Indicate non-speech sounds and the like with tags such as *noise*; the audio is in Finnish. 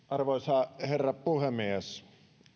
*unintelligible* arvoisa herra puhemies